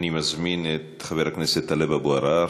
אני מזמין את חבר הכנסת טלב אבו עראר.